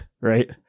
right